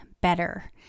better